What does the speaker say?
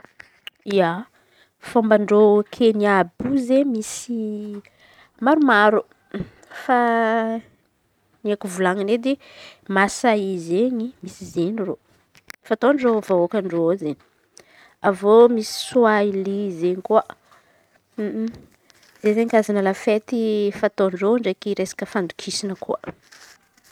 Ia, fômban-dreo Kenià àby io izen̈y misy maromaro fa ny haiko volan̈ina edy masaizeny misy izen̈y reo fataon-dreo vahôakan-dreo izen̈y. Avy eo misy soalia izen̈y koa m- zay izen̈y Karazan̈a lafety fataon-dreo miaraky resaky fandokisana koa.